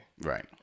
Right